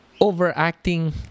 overacting